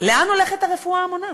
לאן הולכת הרפואה המונעת.